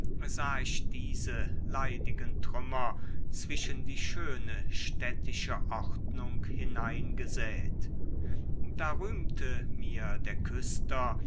sah ich diese leidigen trümmer zwischen die schöne städtische ordnung hineingesät da rühmte mir der küster